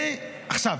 עכשיו,